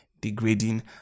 degrading